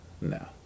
no